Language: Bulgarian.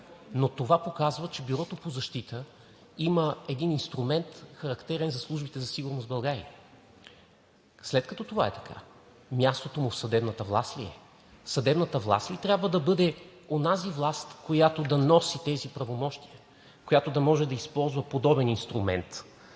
но това показва, че Бюрото по защита има един инструмент, характерен за службите за сигурност в България. След като това е така, мястото му в съдебната власт ли е? Съдебната власт ли трябва да бъде онази власт, която да носи тези правомощия, която да може да използва подобен инструмент,